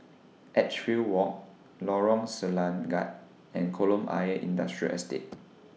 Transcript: Edgefield Walk Lorong Selangat and Kolam Ayer Industrial Estate